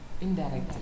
indirectly